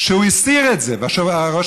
שהוא הסיר אותו,